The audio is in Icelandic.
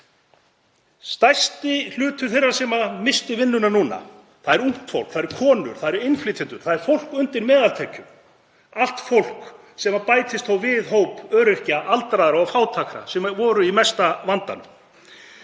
Stærsti hluti þeirra sem misstu vinnuna núna er ungt fólk, það eru konur, það eru innflytjendur, það er fólk undir meðaltekjum — allt fólk sem bætist þá við hóp öryrkja, aldraðra og fátækra sem voru í mesta vandanum.